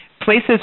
places